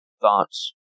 thoughts